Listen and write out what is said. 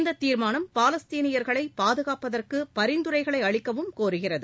இந்த தீர்மானம் பாலஸ்தீனியர்களை பாதுகாப்பதற்கு பரிந்துறைகளை அளிக்கவும் கோருகிறது